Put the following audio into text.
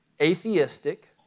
atheistic